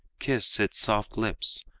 kiss its soft lips,